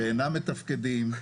שאינם מתפקדים,